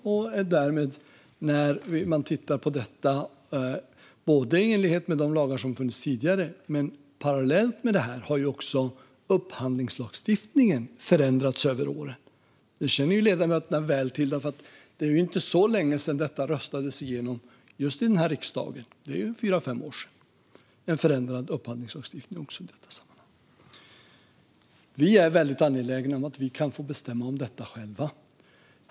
Det ser man när man tittar på detta i enlighet med de lagar som har funnits tidigare, och parallellt med detta har också upphandlingslagstiftningen förändrats över åren. Det känner ledamöterna väl till, för det är inte så länge sedan detta röstades igenom just i den här riksdagen - fyra fem år sedan. Det gällde en förändrad upphandlingslagstiftning också i detta sammanhang. Vi är väldigt angelägna om att få bestämma om detta själva.